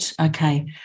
Okay